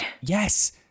Yes